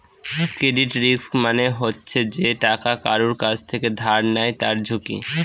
credit risk মানে হচ্ছে যে টাকা কারুর কাছ থেকে ধার নেয় তার ঝুঁকি